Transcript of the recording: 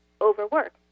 overwork